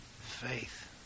faith